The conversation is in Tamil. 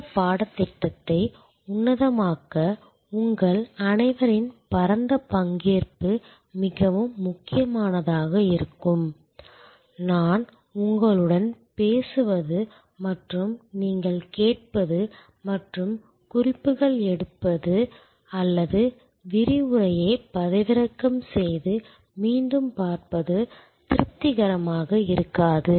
இந்த பாடத்திட்டத்தை உன்னதமாக்க உங்கள் அனைவரின் பரந்த பங்கேற்பு மிகவும் முக்கியமானதாக இருக்கும் நான் உங்களுடன் பேசுவது மற்றும் நீங்கள் கேட்பது மற்றும் குறிப்புகள் எடுப்பது அல்லது விரிவுரையை பதிவிறக்கம் செய்து மீண்டும் பார்ப்பது திருப்திகரமாக இருக்காது